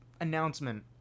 announcement